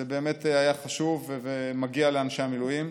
זה באמת היה חשוב ומגיע לאנשי המילואים.